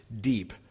deep